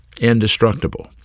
indestructible